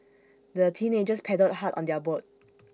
the teenagers paddled hard on their boat